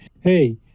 Hey